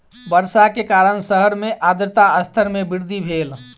वर्षा के कारण शहर मे आर्द्रता स्तर मे वृद्धि भेल